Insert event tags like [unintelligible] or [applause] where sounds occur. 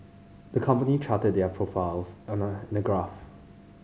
the company charted their profiles [unintelligible] in a graph